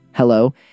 Hello